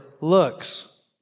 looks